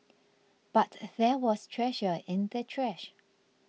but there was treasure in the trash